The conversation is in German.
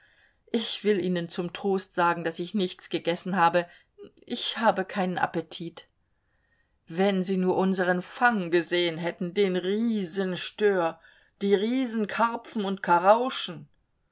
ich will ihnen zum trost sagen daß ich nichts gegessen habe ich habe keinen appetit wenn sie nur unseren fang gesehen hätten den riesenstör die riesenkarpfen und